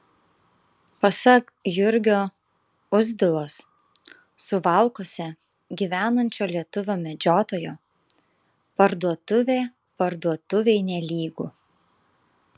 pasak jurgio uzdilos suvalkuose gyvenančio lietuvio medžiotojo parduotuvė parduotuvei nelygu